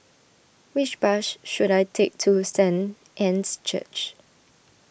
which bus should I take to Saint Anne's Church